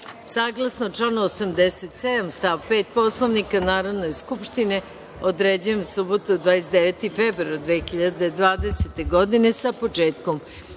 celini. Saglasno članu 87. stav 5. Poslovnika Narodne skupštine, određujem subotu, 29. februar 2020. godine, sa početkom